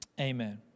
amen